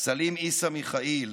סלים עיסא מיכאיל,